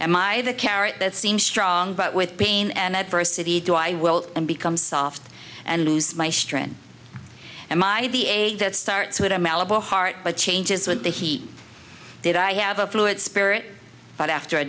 and my the carrot that seem strong but with pain and adversity do i will and become soft and lose my strength and my the eight that starts with a malibu heart but changes with the heat did i have a fluid spirit but after a